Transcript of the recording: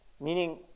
Meaning